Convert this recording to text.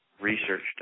researched